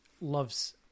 loves